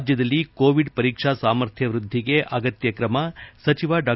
ರಾಜ್ಯದಲ್ಲಿ ಕೋವಿಡ್ ಪರೀಕ್ವಾ ಸಾಮರ್ಥ್ಯ ವೃದ್ದಿಗೆ ಅಗತ್ಯ ಕ್ರಮ ಸಚಿವ ಡಾ